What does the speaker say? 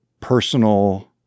personal